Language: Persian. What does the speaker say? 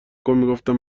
کن، میگفتم